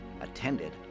attended